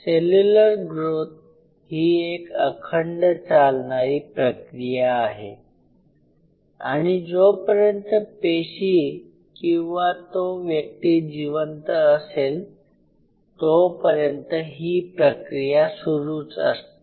cellular growth ही एक अखंड चालणारी प्रक्रिया आहे म्हणजे जोपर्यंत पेशी किंवा तो व्यक्ती जिवंत असेल तोपर्यंत ही प्रक्रिया सुरूच असते